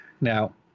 Now